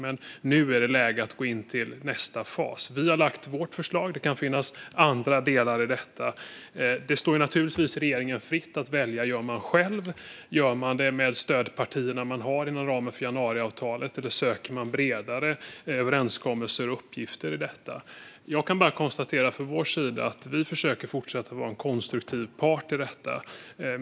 Men nu är det läge att gå in i nästa fas. Vi har lagt fram vårt förslag. Det kan finnas andra delar i detta. Det står naturligtvis regeringen fritt att välja om den gör det själv, med stödpartierna den har inom ramen för januariavtalet eller söker bredare överenskommelser och uppgifter i detta. Jag kan bara konstatera från vår sida att vi försöker att fortsätta att vara en konstruktiv part i detta.